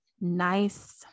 nice